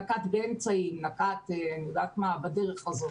'נקט באמצעים', 'נקט בדרך הזאת'.